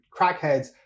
crackheads